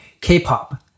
K-pop